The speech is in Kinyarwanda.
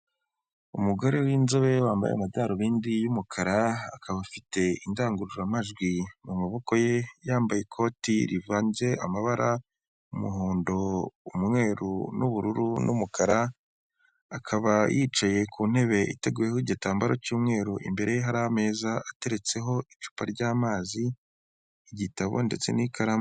Umugore w'inzobere wambaye amadarubindi y'umukara akaba afite indangururamajwi mu maboko ye yambaye ikoti rivanze amabara umuhondo umweru n'ubururu n'umukara,, akaba yicaye ku ntebe iteguyeho igitambaro cy'umweru imbere ye hari ameza ateretseho icupa rya'mazi igitabo ndetse n'ikaramu.